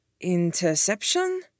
Interception